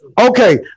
okay